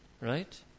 Right